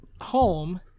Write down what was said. home